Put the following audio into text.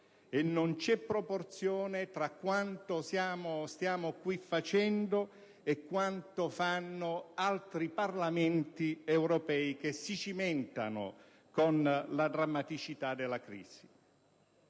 non c'è proporzione, inoltre, tra quanto stiamo qui facendo e quanto fanno altri Parlamenti europei che si cimentano con la drammaticità della crisi.